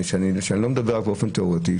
שאני לא מדבר עליו באופן תיאורטי,